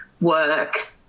work